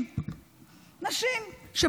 נשים ביקשו ממני להגיע,